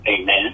Amen